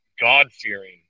God-fearing